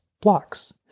blocks